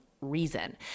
reason